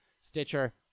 Stitcher